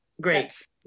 Great